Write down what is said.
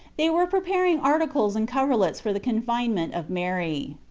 they were preparing articles and coverlets for the confinement of mary.